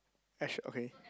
okay